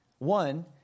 One